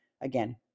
again